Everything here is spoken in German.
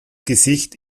gesicht